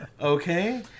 Okay